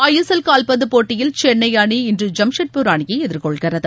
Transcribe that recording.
ISL கால்பந்து போட்டியில் சென்னை அணி இன்று ஐம்ஷெட்பூர் அணியை எதிர்கொள்கிறது